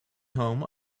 home